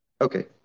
Okay